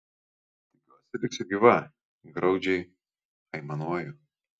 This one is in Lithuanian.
tikiuosi liksiu gyva graudžiai aimanuoju